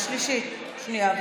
שנייה,